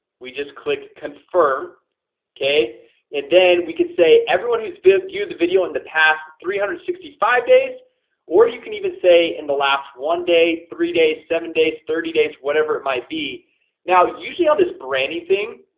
we just click confirm okay and then we can say everyone who's viewed the video in the past three hundred and sixty five days or you can even say in the last one day three days seven days thirty days whatever it might be now, usually on this branding thing.